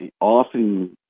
often